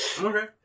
Okay